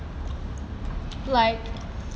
like